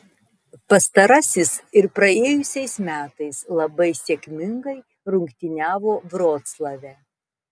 pastarasis ir praėjusiais metais labai sėkmingai rungtyniavo vroclave